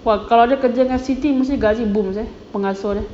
!wow! kalau dia kerja dengan siti mesti gaji boom eh pengasuh dia